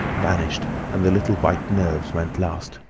vanished, and the little white nerves went last.